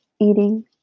eating